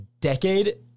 decade